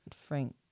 Frank